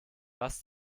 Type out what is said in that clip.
was